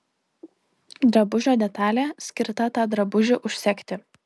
drabužio detalė skirta tą drabužį užsegti